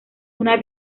una